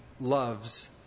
loves